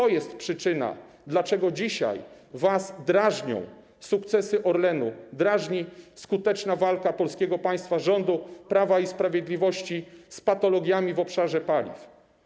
To jest przyczyna tego, dlaczego dzisiaj was drażnią sukcesy Orlenu, drażni skuteczna walka polskiego państwa, rządu Prawa i Sprawiedliwości z patologiami w obszarze paliw.